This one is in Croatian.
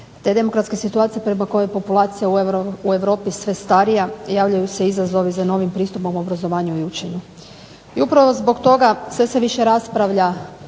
te demokratske situacije prema kojoj populacija u Europi sve starija javljaju se izazovi za novim pristupom obrazovanja i učenja. I upravo zbog toga sve se više raspravlja